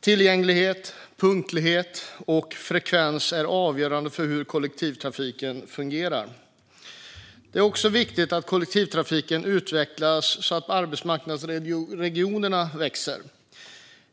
Tillgänglighet, punktlighet och frekvens är avgörande för hur kollektivtrafiken fungerar. Det är också viktigt att kollektivtrafiken utvecklas så att arbetsmarknadsregionerna växer.